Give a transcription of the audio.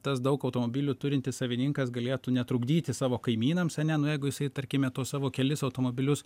tas daug automobilių turintis savininkas galėtų netrukdyti savo kaimynams ane nu jeigu jisai tarkime tuos savo kelis automobilius